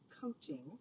coaching